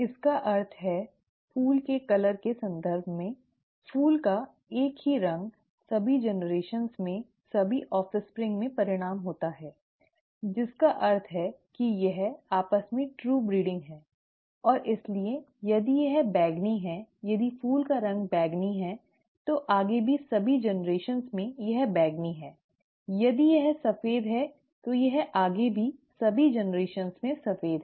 इसका अर्थ है फूल के रंग के संदर्भ में फूल का एक ही रंग सभी पीढ़ियों में सभी ऑफ़्स्प्रिंग में परिणाम होता है ठीक है जिसका अर्थ है कि यह आपस में ट्रू ब्रीडिंग है और इसलिए यदि यह बैंगनी है यदि फूल का रंग बैंगनी है तो आगे की सभी पीढ़ियों में यह बैंगनी है यदि यह सफेद है तो यह आगे की सभी पीढ़ियों में सफेद है